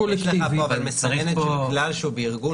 הקולקטיבית -- אבל יש לך פה מסננת בגלל שהוא בארגון